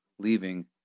leaving